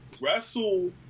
wrestle